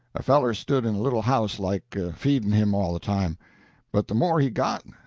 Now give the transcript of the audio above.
a feller stood in a little house like, feedin' him all the time but the more he got,